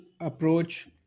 approach